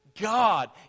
God